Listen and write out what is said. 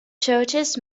churches